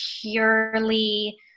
purely